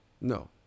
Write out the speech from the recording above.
No